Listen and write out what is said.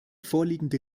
vorliegende